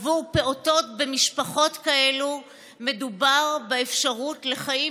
בעבור פעוטות במשפחות כאלה מדובר באפשרות לחיים